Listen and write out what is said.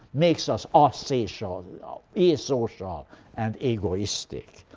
makes us asocial ah yeah asocial ah and egoistic.